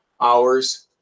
hours